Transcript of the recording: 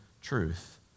truth